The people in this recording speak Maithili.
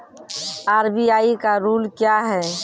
आर.बी.आई का रुल क्या हैं?